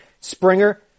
Springer